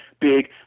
big